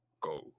go